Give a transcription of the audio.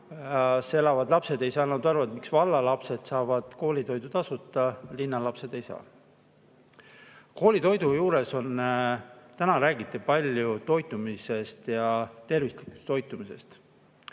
elavad lapsed ei saanud aru, miks valla lapsed saavad koolitoidu tasuta, linnalapsed ei saa. Koolitoiduga [seoses] täna räägiti palju tervislikust toitumisest.